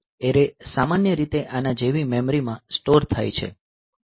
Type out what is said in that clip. array સામાન્ય રીતે આના જેવી મેમરી માં સ્ટોર થાય છે